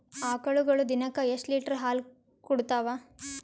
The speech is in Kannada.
ಆಕಳುಗೊಳು ದಿನಕ್ಕ ಎಷ್ಟ ಲೀಟರ್ ಹಾಲ ಕುಡತಾವ?